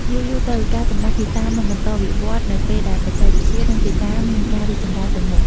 យូរៗទៅ ការចម្លាស់ភាសានឹងបន្តវិវឌ្ឍនៅពេលដែលបច្ចេកវិទ្យា និងភាសាមានការរីកចម្រើនទៅមុខ។